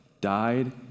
died